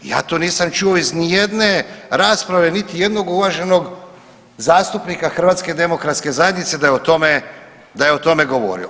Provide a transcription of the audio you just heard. Ja to nisam čuo iz ni jedne rasprave, niti jednog uvaženog zastupnika HDZ-a da je o tome govorio.